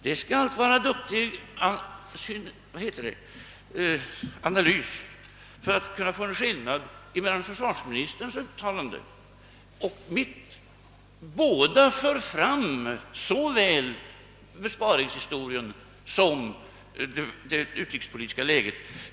Det skall allt vara en duktig analytiker som kan hitta någon skillnad mellan försvarsministerns uttalande och mitt. Båda för vi fram såväl besparingshistorien som det utrikespolitiska läget.